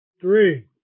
Three